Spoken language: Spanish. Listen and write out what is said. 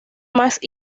más